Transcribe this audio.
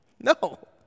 No